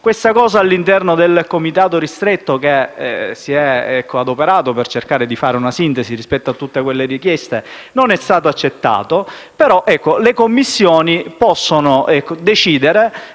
Questa misura, all'interno del Comitato ristretto, che si è adoperato per cercare di fare una sintesi rispetto a tutte le proposte, non è stata accettata, ma le Commissioni possono decidere